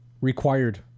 Required